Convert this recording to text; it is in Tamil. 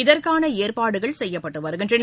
இதற்கான ஏற்பாடுகள் செய்யப்பட்டு வருகின்றன